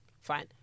fine